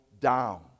Down